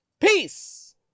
peace